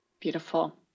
Beautiful